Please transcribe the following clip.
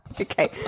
Okay